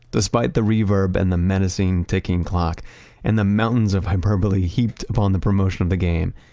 despite the reverb and the menacing ticking clock and the mountains of hyperbole heaped upon the promotion of the game,